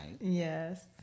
Yes